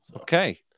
okay